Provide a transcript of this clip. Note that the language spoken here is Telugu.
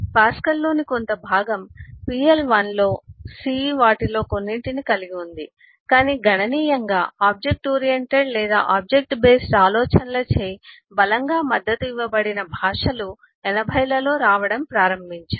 పాస్కల్లోని కొంత భాగం pl 1 లో C వాటిలో కొన్నింటిని కలిగి ఉంది కాని గణనీయంగా ఆబ్జెక్ట్ ఓరియెంటెడ్ లేదా ఆబ్జెక్ట్ బేస్డ్ ఆలోచనలచే బలంగా మద్దతు ఇవ్వబడిన భాషలు 80 లలో రావడం ప్రారంభించాయి